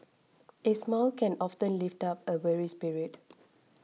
a smile can often lift up a weary spirit